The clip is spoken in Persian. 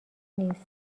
نیست